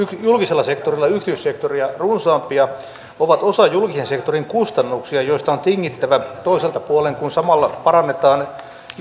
julkisella sektorilla yksityissektoria runsaampia ovat osa julkisen sektorin kustannuksia joista on tingittävä toiselta puolen kun samalla parannetaan